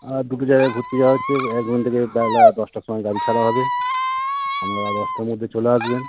হ্যাঁ দুটো জায়গায় ঘুরতে যাওয়া হচ্ছে থেকে বেলা দশটার সময় গাড়ি ছাড়া হবে আপনারা দশটার মধ্যে চলে আসবেন